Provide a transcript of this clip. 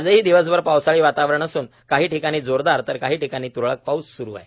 आजही दिवसभर पावसाळी वातावरण असून काही ठिकाणी जोरदार तर काही ठिकाणी तुरळक पाऊस सुरु आहे